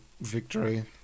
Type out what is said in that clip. victory